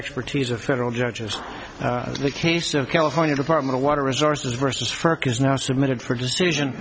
expertise or federal judges in the case of california department of water resources versus firkins now submitted her decision